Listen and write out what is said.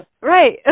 right